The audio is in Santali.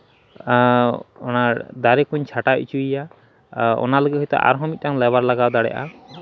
ᱚᱱᱟ ᱫᱟᱨᱮ ᱠᱚᱧ ᱪᱷᱟᱴᱟᱣ ᱦᱚᱪᱚᱭᱮᱭᱟ ᱟᱨ ᱚᱱᱟ ᱞᱟᱹᱜᱤᱫ ᱦᱚᱭᱛᱳ ᱟᱨᱦᱚᱸ ᱢᱤᱫᱴᱟᱱ ᱞᱮᱵᱟᱨ ᱞᱟᱜᱟᱣ ᱫᱟᱲᱮᱭᱟᱜᱼᱟ